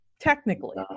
technically